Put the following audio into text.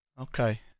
Okay